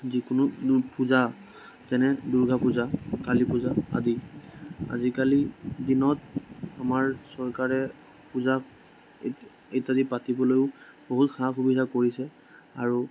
যিকোনো নো পূজা যেনে দুৰ্গা পূজা কালি পূজা আদি আজিকালি দিনত আমাৰ চৰকাৰে পূজা ইত্যাদি পাতিবলৈয়ো বহু সা সুবিধা কৰিছে আৰু